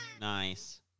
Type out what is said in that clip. Nice